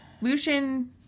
Lucian